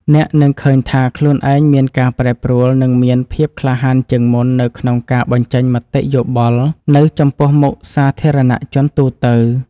អ្នកនឹងឃើញថាខ្លួនឯងមានការប្រែប្រួល និងមានភាពក្លាហានជាងមុននៅក្នុងការបញ្ចេញមតិយោបល់នៅចំពោះមុខសាធារណជនទូទៅ។